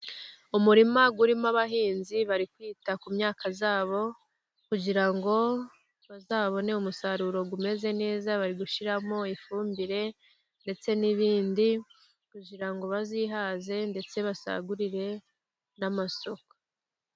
Umurima urimo abahinzi bari kwita ku myaka yabo kugira ngo bazabone, umusaruro umeze neza bari gushyiramo ifumbire, ndetse n'ibindi kugira ngo bazihaze ndetse basagurire n'amasoko.